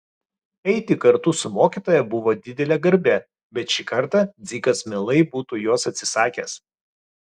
eiti kartu su mokytoja buvo didelė garbė bet šį kartą dzikas mielai būtų jos atsisakęs